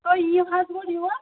تُہۍ یِیو حظ گوڑٕ یور نا